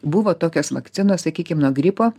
buvo tokios vakcinos sakykim nuo gripo